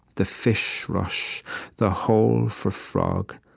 the fish rush the hole for frog,